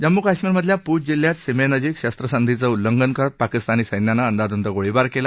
जम्मू कश्मीरमधल्या पूँछ जिल्ह्यात सीमेनजीक शस्त्रसंधीचं उल्लंघन करत पाकिस्तानी सैन्यानं अंदाधुंद गोळीबार केला